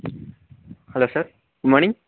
hello sir good morning